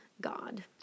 god